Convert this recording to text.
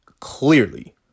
Clearly